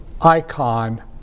icon